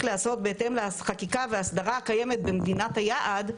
להיעשות בהתאם לחקיקה והאסדרה הקיימת במדינת היעד,